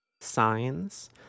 signs